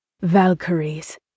Valkyries